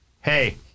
Hey